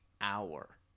hour